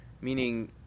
meaning